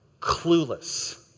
clueless